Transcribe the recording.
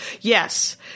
yes